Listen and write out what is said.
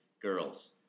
girls